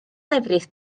lefrith